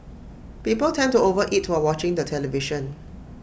people tend to over eat while watching the television